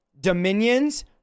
dominions